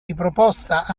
riproposta